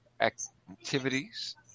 activities